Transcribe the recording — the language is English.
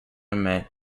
meet